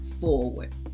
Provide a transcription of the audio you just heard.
forward